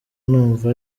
numva